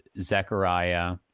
Zechariah